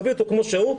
תביאו אותו כמו שהוא,